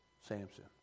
Samson